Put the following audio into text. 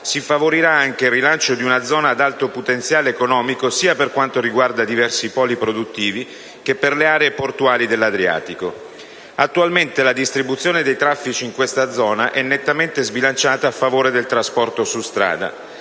si favorirà anche il rilancio di una zona ad alto potenziale economico sia per quanto riguarda diversi poli produttivi che per le aree portuali dell'Adriatico. Attualmente la distribuzione dei traffici in questa zona è nettamente sbilanciata a favore del trasporto su strada;